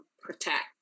protect